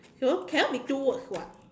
some more cannot be two words [what]